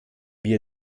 wir